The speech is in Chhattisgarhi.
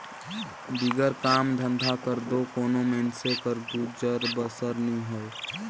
बिगर काम धंधा कर दो कोनो मइनसे कर गुजर बसर नी होए